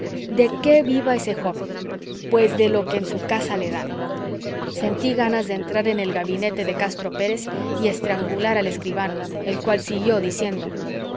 de qué viva ese joven pues de lo que en su casa le dan sentí ganas de entrar en el gabinete de castro pérez y estrangular al escribano el cual siguió diciendo